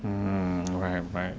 mm right right